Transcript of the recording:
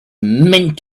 meant